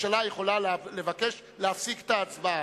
הממשלה יכולה לבקש להפסיק את ההצבעה.